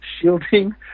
shielding